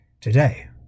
today